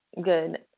good